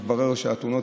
מתברר שהתאונות